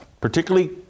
particularly